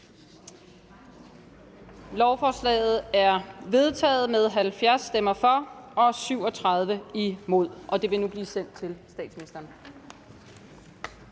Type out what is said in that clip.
Lovforslaget er vedtaget med 70 stemmer for og 37 imod forslaget, og det vil nu blive sendt til statsministeren.